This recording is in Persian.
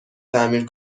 تعمیر